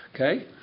Okay